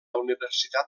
universitat